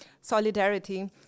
solidarity